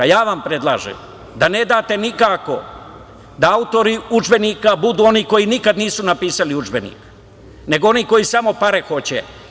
Ja vam predlažem da ne date nikako da autori udžbenika budu oni koji nikada nisu napisali udžbenik, nego oni koji samo pare hoće.